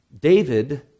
David